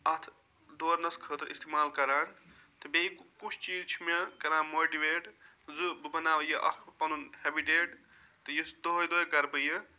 اَتھ دورنَس خٲطرٕ اِستعمال کران تہٕ بیٚیہِ کُس چیٖز چھُ مےٚ کران ماٹِویٹ زِ بہٕ بناو یہِ اکھ پَنُن ہیبِٹیٹ تہٕ یُس دۄہَے دۄہَے کَرٕ بہٕ یہِ